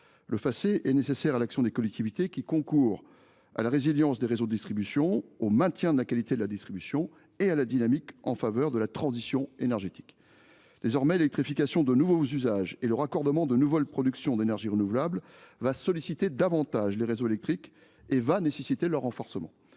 Le Facé est nécessaire à l’action des collectivités qui concourent à la résilience des réseaux de distribution, au maintien de la qualité de la distribution et à la dynamique en faveur de la transition énergétique. Désormais, l’électrification de nouveaux usages et le raccordement de nouvelles productions d’énergie renouvelable solliciteront davantage les réseaux électriques et nécessiteront leur renforcement.